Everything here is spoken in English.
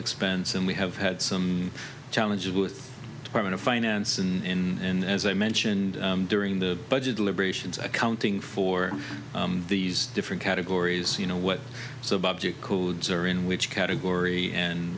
expense and we have had some challenges with department of finance in as i mentioned during the budget deliberations accounting for these different categories you know what subject codes are in which category and